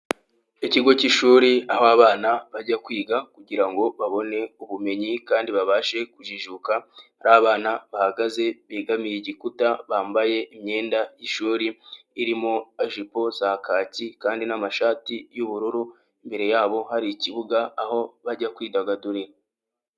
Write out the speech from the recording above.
Ikigo k'ishuri aho abana bajya kwiga kugira ngo babone ubumenyi kandi babashe kujijuka, hari abana bahagaze begamiye igikuta bambaye imyenda y'ishuri irimo ijipo zakaki, kandi n'amashati y'ubururu imbere yabo hari ikibuga aho bajya kwidagadurira.